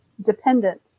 Dependent